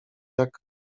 jak